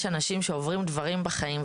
יש אנשים שעוברים דברים בחיים,